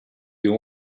you